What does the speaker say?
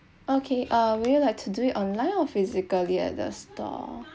okay uh would you like to do it online or physically at the store